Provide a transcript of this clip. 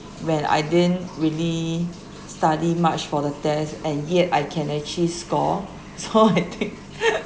when I didn't really study much for the test and yet I can actually score so I think